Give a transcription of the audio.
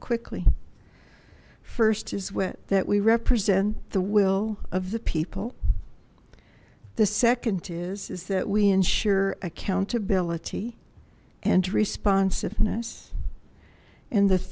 quickly first is wet that we represent the will of the people the second is is that we ensure accountability and responsiveness and th